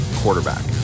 quarterback